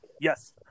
Yes